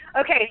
Okay